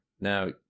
now